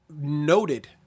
noted